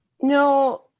No